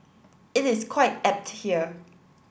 it is quite apt here